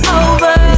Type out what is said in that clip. over